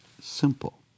Simple